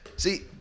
See